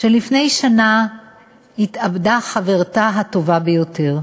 שלפני שנה התאבדה חברתה הטובה ביותר.